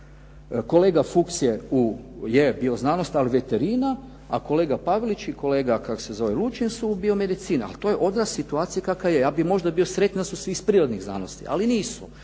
Kolega Fuchs je bioznanost, ali veterina, a kolega Pavelić i kolega Lučin su biomedicina. Ali to je ona situacija kakva je. Ja bih možda bio sretan da su svi iz prirodnih znanosti, ali nisu,